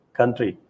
country